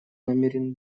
намерены